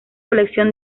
colección